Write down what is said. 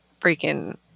freaking